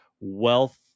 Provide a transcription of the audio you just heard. wealth